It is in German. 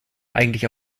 eigentlich